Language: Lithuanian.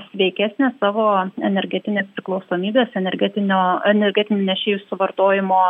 sveikesnė savo energetinės priklausomybės energetinio energetiniu nešėju suvartojimo